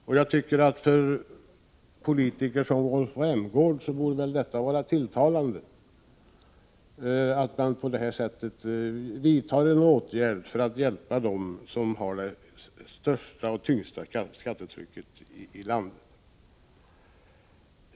För en politiker som Rolf Rämgård bör väl detta vara tilltalande, dvs. att man vidtar åtgärder för att hjälpa de kommuner som har det största och tyngsta skattetrycket i landet.